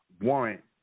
warrant